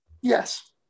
Yes